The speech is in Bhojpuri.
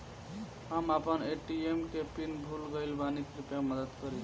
हम आपन ए.टी.एम के पीन भूल गइल बानी कृपया मदद करी